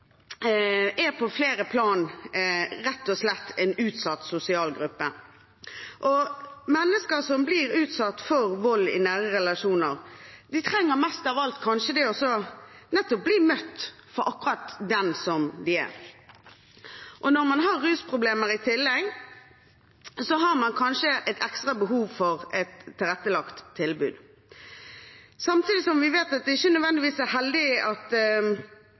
er på flere plan rett og slett en utsatt sosial gruppe. Mennesker som blir utsatt for vold i nære relasjoner, trenger kanskje mest av alt å bli møtt som akkurat den de er. Og når man har rusproblemer i tillegg, har man kanskje et ekstra behov for et tilrettelagt tilbud. Samtidig vet vi at det ikke nødvendigvis er heldig at